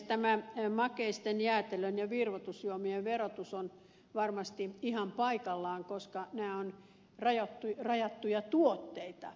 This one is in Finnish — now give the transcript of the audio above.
tämä makeisten jäätelön ja virvoitusjuomien verotus on varmasti ihan paikallaan koska nämä ovat rajattuja tuotteita